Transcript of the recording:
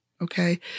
okay